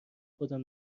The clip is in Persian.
خودم